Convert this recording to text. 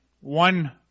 one